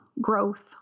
growth